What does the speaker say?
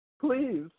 Please